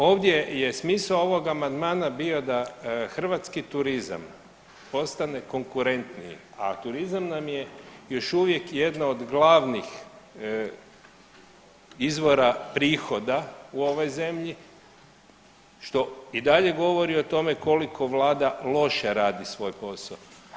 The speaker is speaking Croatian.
Ovdje je smisao ovog amandmana bio da hrvatski turizam postane konkurentniji, a turizam nam je još uvijek jedna od glavnih izvora prihoda u ovoj zemlji što i dalje govori o tome koliko vlada loše radi svoj posao.